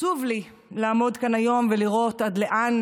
עצוב לי לעמוד כאן היום ולראות עד לאן